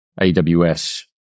AWS